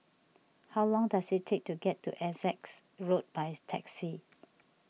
how long does it take to get to Essex Road by taxi